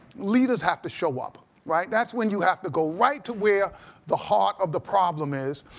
leaders have to show up right? that's when you have to go right to where the heart of the problem is.